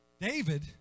David